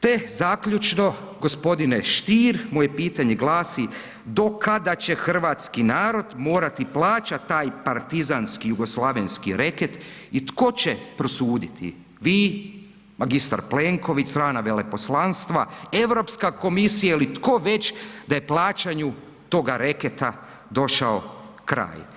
Te zaključno, gospodine Stier, moje pitanje glasi do kada će hrvatski narod morati plaćati taj partizanski jugoslavenski reket i tko će prosuditi vi, magistar Plenković, strana veleposlanstva, Europska komisija ili tko već da je plaćanju toga reketa došao kraj?